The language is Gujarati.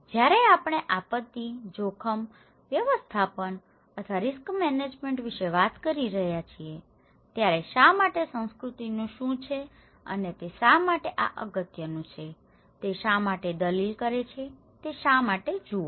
જ્યારે આપણે આપત્તિ જોખમ વ્યવસ્થાપન અથવા રીસ્ક મેનેજમેન્ટ વિશે વાત કરી રહ્યા છીએ ત્યારે શા માટે સંસ્કૃતિ શું છે અને તે શા માટે આ અગત્યનું છે તે શા માટે દલીલ કરે છે તે શા માટે જુઓ